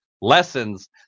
lessons